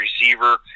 receiver